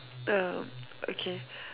uh okay